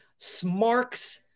smarks